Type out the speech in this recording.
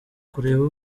kureba